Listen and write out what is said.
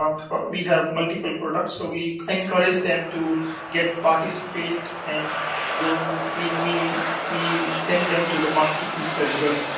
um for we have multiple products so we encourage them to get participate and go. we we we send them to the conferences as well.